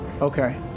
Okay